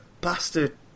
bastard